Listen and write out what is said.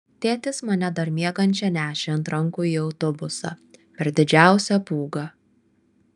tėtis mane dar miegančią nešė ant rankų į autobusą per didžiausią pūgą